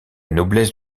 noblesse